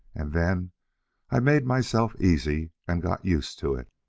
and then i made myself easy, and got used to it.